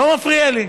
לא מפריע לי.